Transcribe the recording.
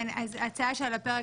ההצעה שעל הפרק,